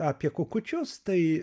apie kukučius tai